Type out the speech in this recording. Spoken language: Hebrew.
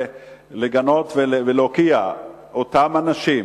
לגנות ולהוקיע אותם אנשים,